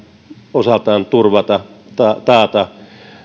osaltaan turvata taata